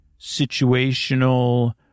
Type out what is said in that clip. situational